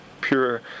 pure